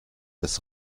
des